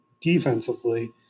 defensively